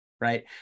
right